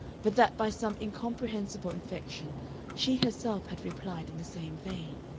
but that by some incomprehensible infection she herself had replied in the same vein.